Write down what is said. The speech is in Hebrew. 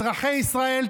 אזרחי ישראל,